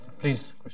Please